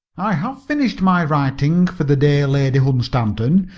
i have finished my writing for the day, lady hunstanton.